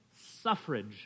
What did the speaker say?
suffrage